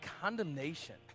condemnation